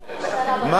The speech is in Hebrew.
מה רע בזה?